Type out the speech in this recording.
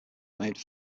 made